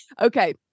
okay